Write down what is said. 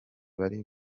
bari